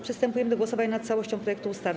Przystępujemy do głosowania nad całością projektu ustawy.